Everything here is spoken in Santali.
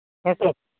ᱦᱮᱸ ᱥᱟᱨ